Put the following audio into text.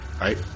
right